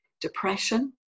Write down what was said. depression